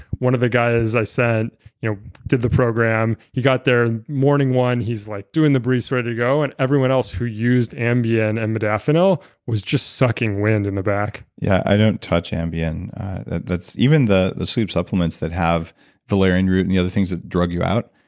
one of the guys i sent you know did the program. he got there and morning one he's like doing the breeze, ready to go and everyone else who used ambien and modafinil was just sucking wind in the back yeah, i don't touch ambien even the the soup supplements that have valerian root and the other things that drug you out.